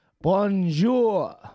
Bonjour